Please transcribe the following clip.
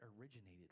originated